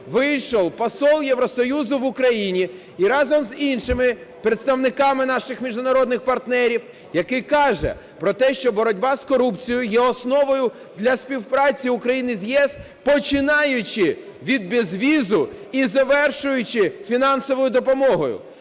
вийшов посол Євросоюзу в Україні і разом з іншими представниками наших міжнародних партнерів, який каже про те, що боротьба з корупцією є основою для співпраці України з ЄС, починаючи від безвізу і завершуючи фінансовою допомогою.